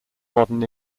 modern